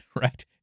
right